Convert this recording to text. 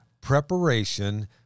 preparation